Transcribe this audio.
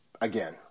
again